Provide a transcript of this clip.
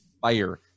fire